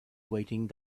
waiting